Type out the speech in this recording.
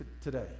today